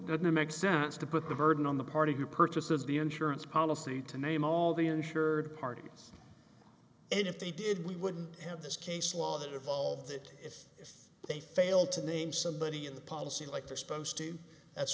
to make sense to put the burden on the part of your purchases the insurance policy to name all the injured parties and if they did we wouldn't have this case law that evolved that if they failed to name somebody in the policy like they're